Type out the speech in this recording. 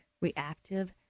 reactive